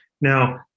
Now